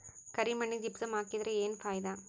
ಕರಿ ಮಣ್ಣಿಗೆ ಜಿಪ್ಸಮ್ ಹಾಕಿದರೆ ಏನ್ ಫಾಯಿದಾ?